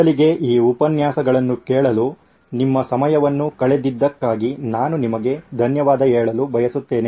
ಮೊದಲಿಗೆ ಈ ಉಪನ್ಯಾಸಗಳನ್ನು ಕೇಳಲು ನಿಮ್ಮ ಸಮಯವನ್ನು ಕಳೆದಿದ್ದಕ್ಕಾಗಿ ನಾನು ನಿಮಗೆ ಧನ್ಯವಾದ ಹೇಳಲು ಬಯಸುತ್ತೇನೆ